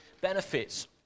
benefits